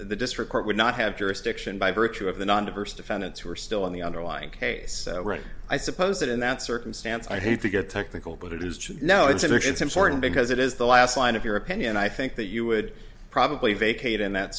the district court would not have jurisdiction by virtue of the non diverse defendants who are still on the underlying case right i suppose that in that circumstance i had to get technical but it is true now it's emergence important because it is the last line of your opinion i think that you would probably vacate in that